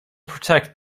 protect